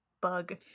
bug